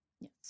Yes